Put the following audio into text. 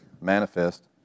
manifest